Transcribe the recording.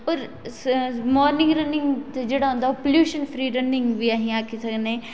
पर morning running जेहड़ा होंदा ओह् पलोशन फ्री रन्निंग बी अस आक्खी सकने